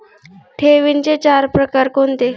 ठेवींचे चार प्रकार कोणते?